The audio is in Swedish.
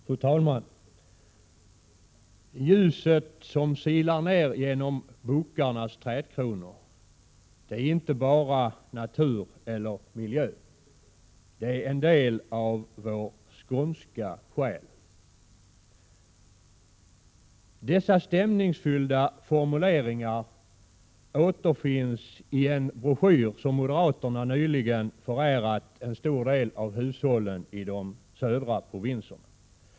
Fru talman! ”Ljuset som silar ner genom bokarnas trädkronor. Det är inte bara natur eller miljö. Det är en del av vår skånska själ.” Dessa stämningsfyllda formuleringar återfinns i en broschyr som moderaterna nyligen förärat en stor del av hushållen i de södra provinserna.